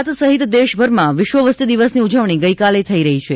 ગુજરાત સહિત દેશભરમાં વિશ્વ વસ્તી દિવસની ઉજવણી ગઇકાલે થઇ રહી છે